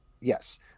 Yes